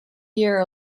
year